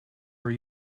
are